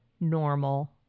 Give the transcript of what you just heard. normal